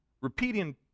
repeating